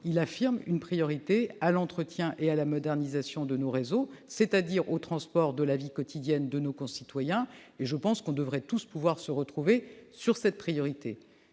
affirme une priorité à l'entretien et à la modernisation de nos réseaux, c'est-à-dire aux transports de la vie quotidienne de nos concitoyens. Nous devrions tous pouvoir nous retrouver autour de cette priorité.